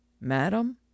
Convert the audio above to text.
Madam